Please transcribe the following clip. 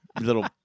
little